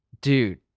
Dude